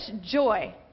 joy